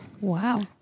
wow